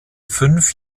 fünf